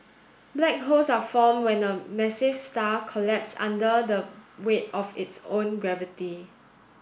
black holes are formed when a massive star collapses under the weight of its own gravity